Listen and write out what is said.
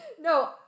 No